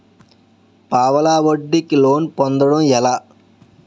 పావలా వడ్డీ కి లోన్ పొందటం ఎలా?